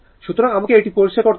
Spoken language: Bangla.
সুতরাং আমাকে এটি পরিষ্কার করতে দিন